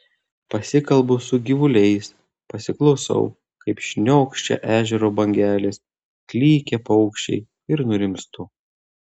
pasikalbu su gyvuliais pasiklausau kaip šniokščia ežero bangelės klykia paukščiai ir nurimstu